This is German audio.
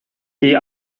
die